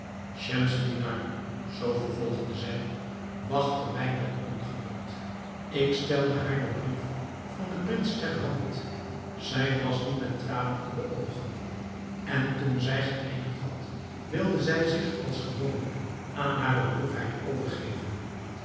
schemselnihar zoo vervolgde zij wachtte mij met ongeduld ik stelde haar den brief van den prins ter hand zij las dien met tranen in de oogen en toen zij geëindigd had wilde zij zich als gewoonlijk aan hare droefheid overgeven